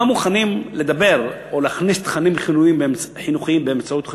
לא מוכנים להכניס תכנים חינוכיים באמצעות חקיקה,